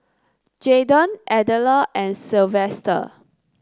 Jaeden Adella and Silvester